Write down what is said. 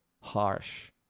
harsh